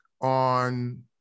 on